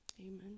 Amen